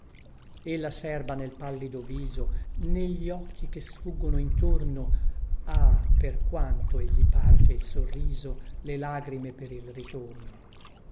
sai ella serba nel pallido viso negli occhi che sfuggono intorno ah per quando egli parte il sorriso le lagrime per il ritorno